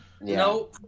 No